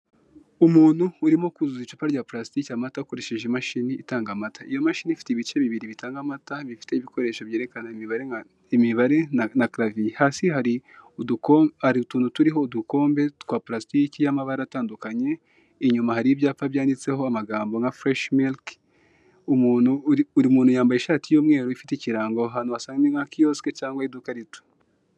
Abagabo batatu ubona ko bambaye idarapo ry'igihugu cy' u Rwanda irimo ubururu, umuhondo ndetse n'icyatsi bafite amakaye imbere yabo ndetse n'ikindi kintu giteretse ubabona ko wagira ngo bari kurahira imihigo runaka.